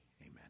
Amen